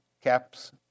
caps